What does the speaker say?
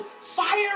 fire